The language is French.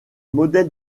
modèle